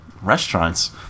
Restaurants